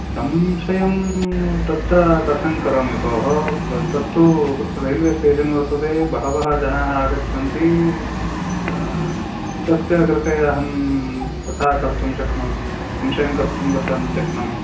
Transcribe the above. संशयं तत्र कथं करोमि भोः तत्तु रैल्वेस्टेषन् वर्तते बहवः जनाः आगच्छन्ति कस्य कृते अहं तथा कर्तुं शक्नोमि संशयं कर्तुं कथं शक्नोमि